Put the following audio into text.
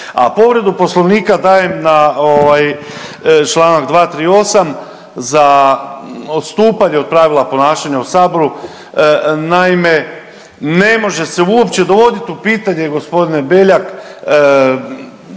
A povredu Poslovnika dajem na ovaj, čč. 238 za odstupanje od pravila ponašanja u Saboru. Naime, ne može se uopće dovoditi u pitanje, g. Beljak,